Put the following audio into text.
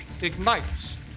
ignites